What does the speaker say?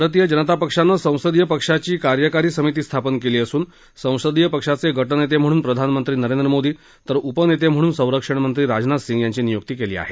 भारतीय जनता पक्षानं संसदीय पक्षाची कार्यकारी समिती स्थापन केली असून संसदीय पक्षाचे गटनेते म्हणून प्रधानमंत्री नरेंद्र मोदी तर उपनेते म्हणून संरक्षणमंत्री राजनाथ सिंग यांची नियुक्ती केली आहे